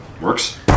Works